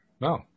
No